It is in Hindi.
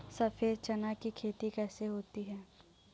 सफेद चना की खेती कैसे होती है?